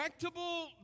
correctable